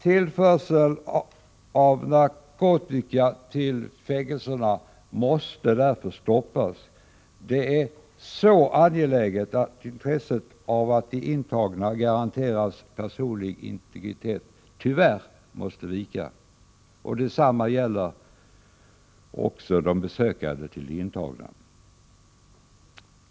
Tillförseln av narkotika till fängelserna måste därför stoppas. Detta är så angeläget att intresset av att de intagna garanteras personlig integritet tyvärr måste vika. Detsamma måste gälla besökande till de intagna.